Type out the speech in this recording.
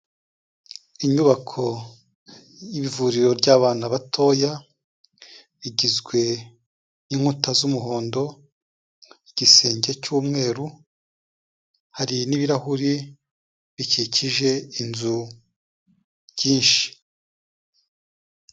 Inyubako y'ivuriro ry'abana batoya, igizwe n'inkuta z'umuhondo, igisenge cy'umweru, hari n'ibirahure bikikije inzu, byinshi.